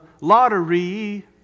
lottery